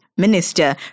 Minister